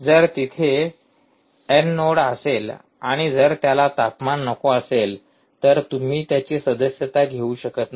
जर तिथे N node असेल आणि जर त्याला तापमान नको असेल तर तुम्ही त्याची सदस्यता घेऊ शकत नाही